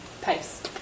pace